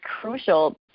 crucial